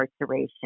incarceration